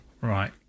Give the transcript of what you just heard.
Right